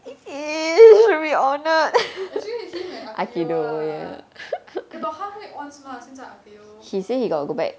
actually him and aikido lah eh but 他会 ons mah 现在 aikido